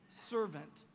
servant